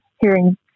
hearing